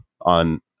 on